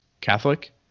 Catholic